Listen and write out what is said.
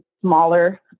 smaller